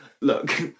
look